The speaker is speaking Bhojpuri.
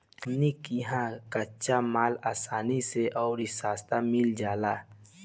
हमनी किहा कच्चा माल असानी से अउरी सस्ता मिल जाला